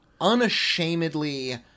unashamedly